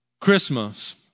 Christmas